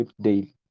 daily